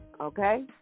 okay